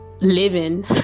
living